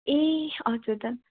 ए हजुर दा